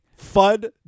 FUD